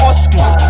Oscars